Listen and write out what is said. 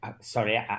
sorry